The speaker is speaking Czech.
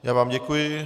Já vám děkuji.